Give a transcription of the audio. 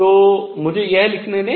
तो मुझे यह लिखने दें